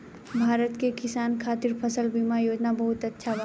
भारत के किसान खातिर फसल बीमा योजना बहुत अच्छा बा